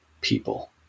people